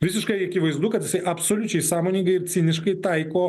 visiškai akivaizdu kad jisai absoliučiai sąmoningai ir ciniškai taiko